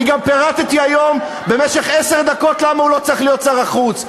אני גם פירטתי היום במשך עשר דקות למה הוא לא צריך להיות שר החוץ.